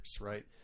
right